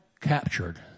captured